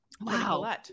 Wow